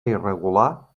irregular